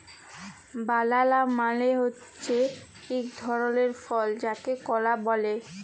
বালালা মালে হছে ইক ধরলের ফল যাকে কলা ব্যলে